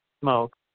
smoke